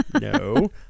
no